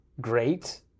great